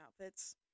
outfits